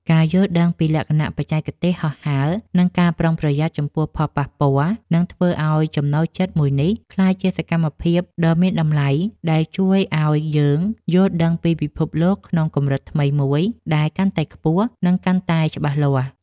ការយល់ដឹងពីសម្ភារៈ បច្ចេកទេសហោះហើរ និងការប្រុងប្រយ័ត្នចំពោះផលប៉ះពាល់ នឹងធ្វើឱ្យចំណូលចិត្តមួយនេះក្លាយជាសកម្មភាពដ៏មានតម្លៃ ដែលជួយឱ្យយើងយល់ដឹងពីពិភពលោកក្នុងកម្រិតថ្មីមួយដែលកាន់តែខ្ពស់ និងកាន់តែច្បាស់លាស់។